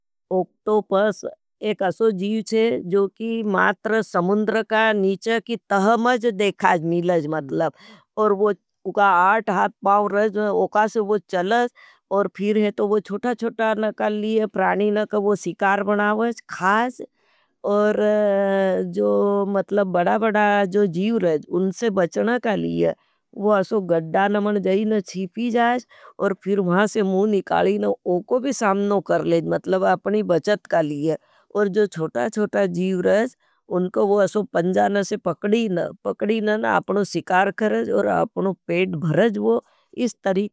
ओक्टोपस एक अशो जीव छे, जो की मात्र समुंद्र का नीचा की तह मज देखाज मिलाज मतलब। और वो आट हाथ पाव रह जो उकासे वो चलज, और फिर हे तो वो छोटा-छोटा नकल लिये, प्राणी नकल वो सिकार बनावज, खाज, और मतलब बड़ा-बड़ा जो जीव रह। उनसे बचना कालिये, वो अशो गड़ा नमन जाएँ न छीपी जाएँ। और फिर महासे मुँ निकाली न ओको भी सामनो करलेज। मतलब आपनी बचत कालिये, और जो छोटा-छोटा जीव रह, उनको अशो पंजान से पकड़ीन, आपनो सिकार करेज, और आपनो पेट भरेज वो, इस तरी।